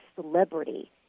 celebrity